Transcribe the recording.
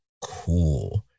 cool